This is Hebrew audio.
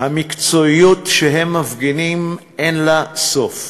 המקצועיות שהם מפגינים, אין לה סוף.